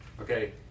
Okay